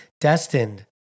destined